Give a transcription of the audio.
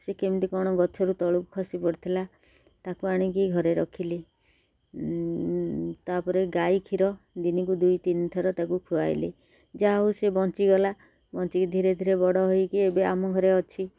ସେ କେମିତି କ'ଣ ଗଛରୁ ତଳକୁ ଖସି ପଡ଼ିଥିଲା ତାକୁ ଆଣିକି ଘରେ ରଖିଲି ତା'ପରେ ଗାଈ କ୍ଷୀର ଦିନକୁ ଦୁଇ ତିନି ଥର ତାକୁ ଖୁଆଇଲି ଯାହା ହଉ ସେ ବଞ୍ଚିଗଲା ବଞ୍ଚିକି ଧୀରେ ଧୀରେ ବଡ଼ ହେଇକି ଏବେ ଆମ ଘରେ ଅଛି